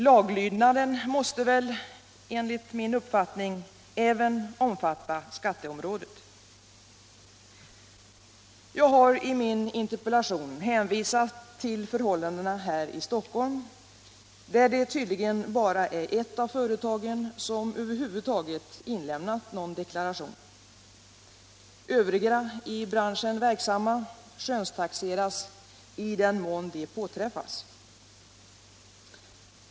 Laglydnaden måste enligt min uppfattning även omfatta skatteområdet. Jag har i min interpellation hänvisat till förhållandena här i Stockholm, där det tydligen bara är ett av företagen som över huvud taget inlämnat någon deklaration. Övriga i branschen verksamma skönstaxeras i den mån de påträffas.